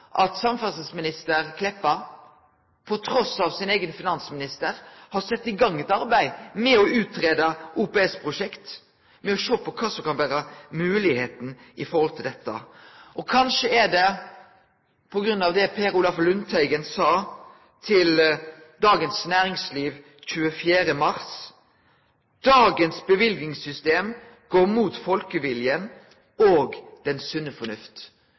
at samferdselsminister Kleppa, trass i sin eigen finansminister, har sett i gang eit arbeid med å greie ut OPS-prosjekt, med å sjå på kva som kan vere moglegheita i forhold til dette. Kanskje er det på grunn av det Per Olaf Lundteigen sa til Dagens Næringsliv 24. mars, at dagens løyvingssystem går imot folkeviljen og den